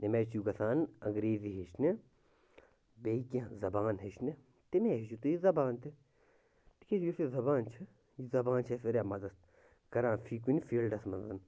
ییٚمہِ آے چھُو گژھان انٛگریٖزی ہیٚچھنہِ بیٚیہِ کیٚنٛہہ زبان ہیٚچھنہِ تَمے ہیٚچھِو تۅہہِ یہِ زبان تہٕ تِکیٛازِ یُس یہِ زبان چھِ یہِ زبان چھِ اَسہِ واریاہ مَدد کَران فی کُنہِ فیٖلڈَس منٛز